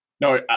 No